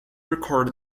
record